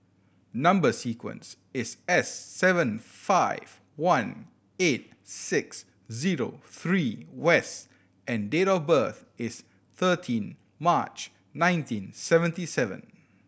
number sequence is S seven five one eight six zero three and date of birth is thirteen March nineteen seventy seven